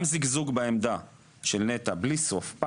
גם זיגזוג בעמדה של נת"ע בלי סוף,